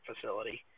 facility